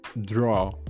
draw